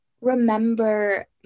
remember